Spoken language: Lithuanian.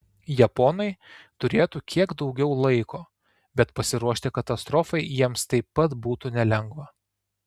japonai turėtų kiek daugiau laiko bet pasiruošti katastrofai jiems taip pat būtų nelengva